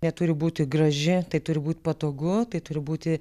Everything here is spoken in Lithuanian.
neturi būti graži tai turi būt patogu tai turi būti